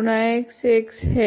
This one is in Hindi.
1 X है